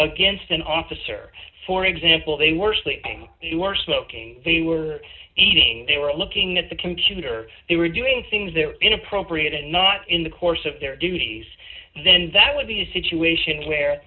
against an officer for example they were sleeping or smoking they were eating they were looking at the computer they were doing things that were inappropriate and not in the course of their duties then that would be a situation where